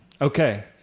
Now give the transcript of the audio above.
Okay